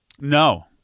no